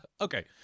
Okay